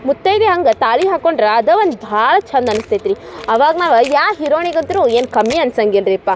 ಮುತ್ತೈದೆ ಹಂಗೆ ತಾಳಿ ಹಾಕ್ಕೊಂಡ್ರೆ ಅದು ಒಂದು ಭಾಳ ಚೆಂದ ಅನ್ಸ್ತೈತೆ ರೀ ಅವಾಗ ನಾವು ಇದು ಯಾವ ಹೀರೋಯಣಿಗಂತೂ ಏನೂ ಕಮ್ಮಿ ಅನ್ಸಂಗಿಲ್ಲ ರೀ ಪಾ